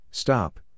stop